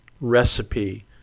recipe